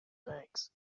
banks